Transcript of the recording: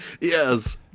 Yes